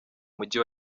mujyi